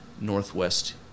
Northwest